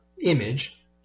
image